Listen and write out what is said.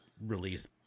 release